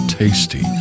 Tasty